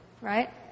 right